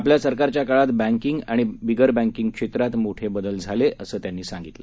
आपल्या सरकारच्या काळात बँकींग आणि बिगर बँकींग क्षेत्रात मोठे बदल झाले आहेत असं त्यांनी सांगितलं